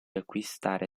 acquistare